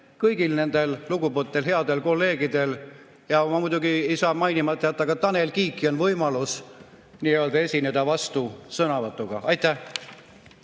kõigil nendel lugupeetud, headel kolleegidel – ja ma muidugi ei saa mainimata jätta ka Tanel Kiike – on võimalus esineda vastusõnavõtuga. Aitäh!